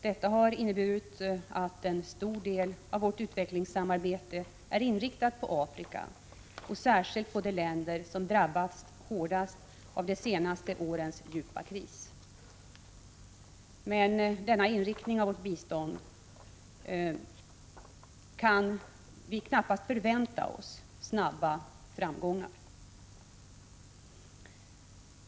Detta har inneburit att en stor del av vårt utvecklingssamarbete är inriktat på Afrika och särskilt på de länder som drabbats hårdast av de senaste årens djupa kris. Med denna inriktning av vårt bistånd kan vi knappast förvänta oss snabba framgångar.